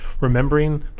remembering